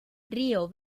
río